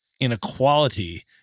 inequality